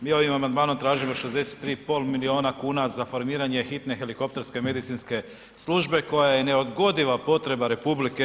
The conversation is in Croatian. Mi ovim amandmanom tražimo 63,5 milijuna kuna za formiranje hitne helikopterske medicinske službe koja je neodgodiva potreba RH.